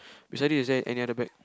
beside it is there any other bag